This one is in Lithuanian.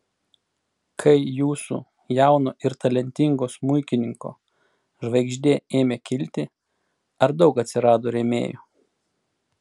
kai jūsų jauno ir talentingo smuikininko žvaigždė ėmė kilti ar daug atsirado rėmėjų